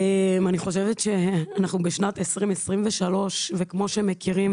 אני חושבת שאנחנו בשנת 2023 וכמו שמכירים,